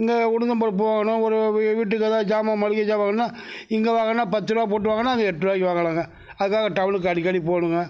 இங்கே உளுந்தம்பருப்பு வாங்கணும் ஒரு வீட்டுக்கு ஏதாவது சாமான் மளிகை சாமான் வேணும்னா இங்கே வாங்கினா பத்து ரூபா போட்டு வாங்கினா அங்கே எட்டுரூபாய்க்கு வாங்கலாம்ங்க அதுக்காக டவுனுக்கு அடிக்கடி போகணுங்க